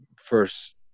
first